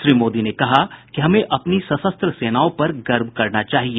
श्री मोदी ने कहा कि हमें अपनी सशस्त्र सेनाओं पर गर्व करना चाहिए